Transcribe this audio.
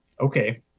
okay